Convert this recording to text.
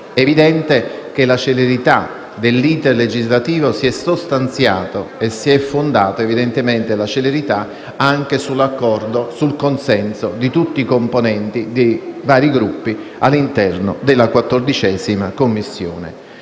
evidente che la celerità dell'*iter* legislativo si è sostanziata e fondata anche sull'accordo e sul consenso di tutti i componenti dei vari Gruppi all'interno della 14a Commissione.